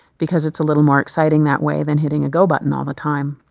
because it's a little more exciting that way than hitting a go button all the time.